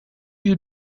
you